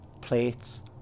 plates